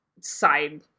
side